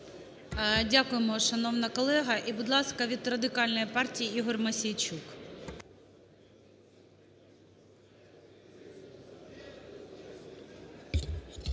Дякуємо, шановна колега. І, будь ласка, від Радикальної партії Ігор Мосійчук.